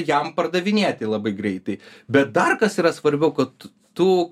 jam pardavinėti labai greitai bet dar kas yra svarbiau kad tu